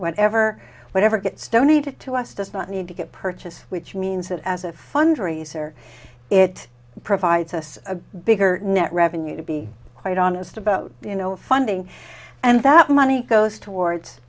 whenever whatever gets donated to us does not need to get purchase which means that as a fundraiser it provides us a bigger net revenue to be quite honest about you know funding and that money goes towards